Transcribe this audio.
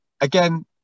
again